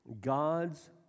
God's